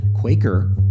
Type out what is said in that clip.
Quaker